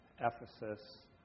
Ephesus